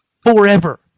Forever